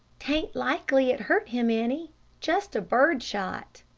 t ain't likely it hurt him any just bird shot,